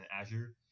azure